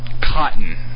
cotton